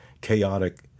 chaotic